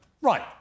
Right